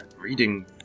reading